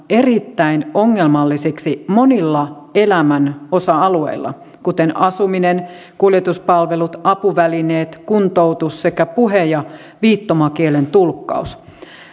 erittäin ongelmalliseksi monilla elämän osa alueilla kuten asuminen kuljetuspalvelut apuvälineet kuntoutus sekä puhe ja viittomakielen tulkkaus